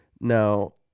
Now